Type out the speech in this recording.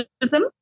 tourism